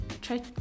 try